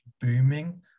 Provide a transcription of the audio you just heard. booming